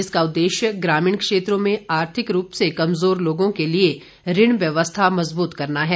इसका उद्देश्य ग्रामीण क्षेत्रों में आर्थिक रूप से कमजोर लोगों के लिए ऋण व्यवस्था मजबूत करना है